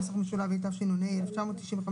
התשנ"ה 1995,